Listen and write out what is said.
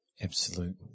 absolute